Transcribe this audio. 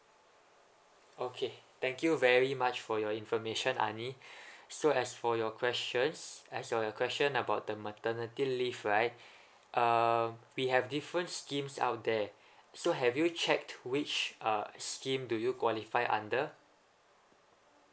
okay thank you very much for your information ani so as for your questions as for your question about the maternity leave right um we have different schemes out there so have you checked which uh scheme do you qualify under